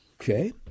Okay